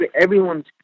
everyone's